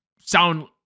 sound